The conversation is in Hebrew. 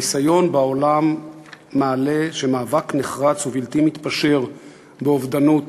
הניסיון בעולם מעלה שמאבק נחרץ ובלתי מתפשר באובדנות